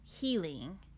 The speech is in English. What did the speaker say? healing